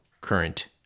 current